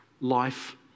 life